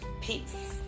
peace